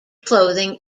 clothing